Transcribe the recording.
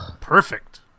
perfect